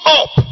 up